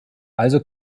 also